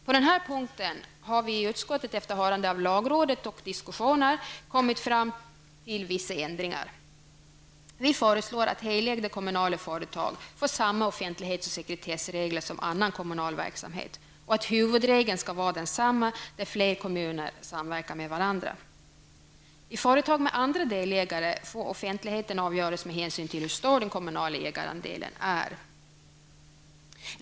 Efter hörande av lagrådet och diskussioner i utskottet har vi på den här punkten kommit fram till vissa ändringar. Vi föreslår att helägda kommunala företag skall följa samma offentlighets och sekretessregler som annan kommunal verksamhet. Huvudregeln skall vara densamma när flera kommuner samverkar med varandra. I företag med andra delägare får offentligheten avgöras med hänsyn till hur stor den kommunala ägarandelen är.